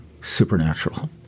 supernatural